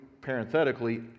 parenthetically